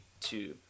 two